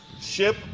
ship